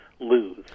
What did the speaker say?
lose